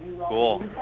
Cool